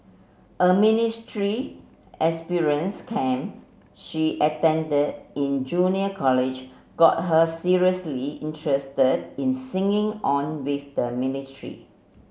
a experience camp she attended in junior college got her seriously interested in singing on with the military